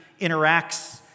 interacts